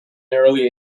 early